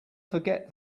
forget